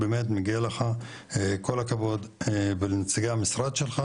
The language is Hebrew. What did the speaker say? באמת מגיע לך כל הכבוד ולנציגי המשרד שלך,